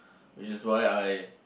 which is why I